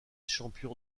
champion